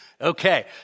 Okay